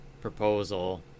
proposal